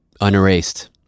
Unerased